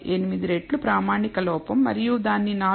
18 రెట్లు ప్రామాణిక లోపం మరియు దానిని 4